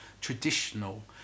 traditional